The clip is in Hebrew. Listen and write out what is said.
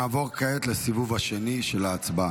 נעבור כעת לסיבוב השני של ההצבעה.